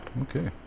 Okay